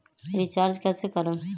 Recharge कैसे करीब?